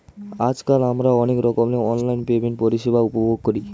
আজকাল আমরা অনেক রকমের অনলাইন পেমেন্ট পরিষেবা উপভোগ করি